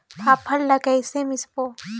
फाफण ला कइसे मिसबो?